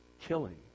killing